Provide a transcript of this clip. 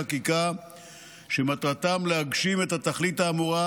חקיקה שמטרתם להגשים את התכלית האמורה,